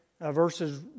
verses